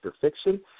Fiction